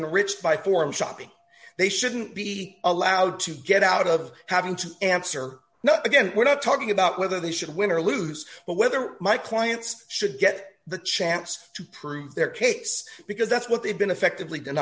the rich by forum shopping they shouldn't be allowed to get out of having to answer no again we're not talking about whether they should win or lose but whether my clients should get the chance to prove their case because that's what they've been effect